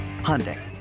Hyundai